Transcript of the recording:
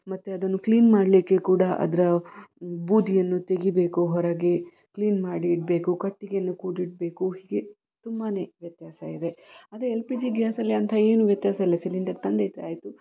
ಮತ್ತು ಅದನ್ನು ಕ್ಲೀನ್ ಮಾಡಲಿಕ್ಕೆ ಕೂಡ ಅದರ ಬೂದಿಯನ್ನು ತೆಗೀಬೇಕು ಹೊರಗೆ ಕ್ಲೀನ್ ಮಾಡಿ ಇಡಬೇಕು ಕಟ್ಟಿಗೆಯನ್ನು ಕೂಡಿಡಬೇಕು ಹೀಗೆ ತುಂಬಾ ವ್ಯತ್ಯಾಸ ಇದೆ ಆದರೆ ಎಲ್ ಪಿ ಜಿ ಗ್ಯಾಸಲ್ಲಿ ಅಂಥ ಏನೂ ವ್ಯತ್ಯಾಸ ಇಲ್ಲ ಸಿಲಿಂಡರ್ ತಂದಿಟ್ಟರಾಯ್ತು